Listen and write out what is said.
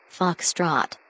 Foxtrot